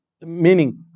meaning